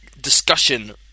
discussion